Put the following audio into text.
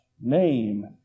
name